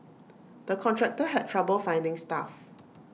the contractor had trouble finding staff